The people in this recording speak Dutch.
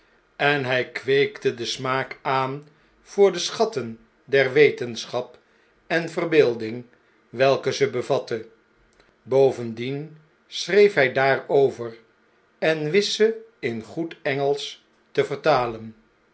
en hn kweekte den smaak aan voor de schatten der wetenschap en verbeelding welke ze bevatte bovendien schreef hij daarover en wist ze in goed engelsch te vertalen